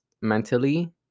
mentally